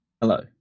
hello